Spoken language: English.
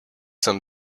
some